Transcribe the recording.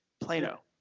Plano